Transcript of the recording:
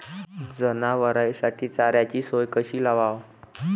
जनावराइसाठी चाऱ्याची सोय कशी लावाव?